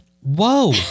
Whoa